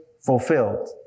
fulfilled